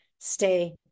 Stay